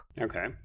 Okay